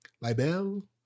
Libel